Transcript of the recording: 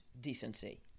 decency